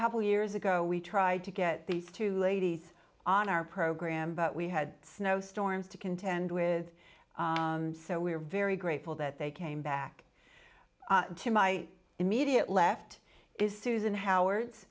couple years ago we tried to get these two ladies on our program but we had snowstorms to contend with so we're very grateful that they came back to my immediate left is susan how